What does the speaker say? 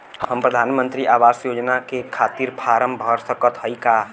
हम प्रधान मंत्री आवास योजना के खातिर फारम भर सकत हयी का?